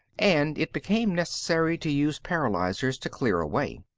and it became necessary to use paralyzers to clear way.